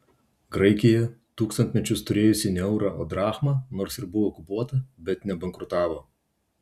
graikija tūkstantmečius turėjusi ne eurą o drachmą nors ir buvo okupuota bet nebankrutavo